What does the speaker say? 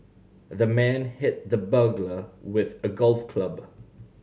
the man hit the burglar with a golf club